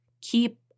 keep